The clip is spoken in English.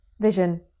vision